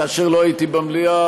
כאשר לא הייתי במליאה,